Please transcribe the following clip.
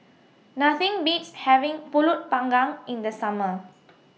Nothing Beats having Pulut Panggang in The Summer